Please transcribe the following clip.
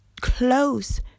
close